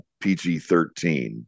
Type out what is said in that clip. PG-13